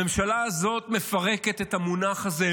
הממשלה הזאת מפרקת את המונח הזה,